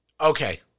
okay